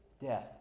death